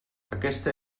aquesta